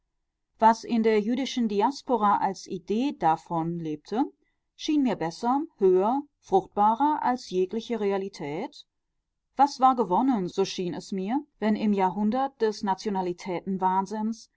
was in der jüdischen diaspora als idee davon lebte schien mir besser höher fruchtbarer als jegliche realität was war gewonnen so schien es mir wenn im jahrhundert des nationalitätenwahnsinns